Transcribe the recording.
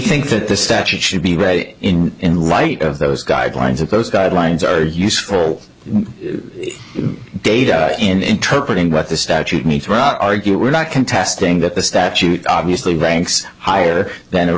think that the statute should be read in in light of those guidelines and those guidelines are useful data in interpret and what the statute need to out argue we're not contesting that the statute obviously banks higher than